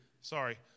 Sorry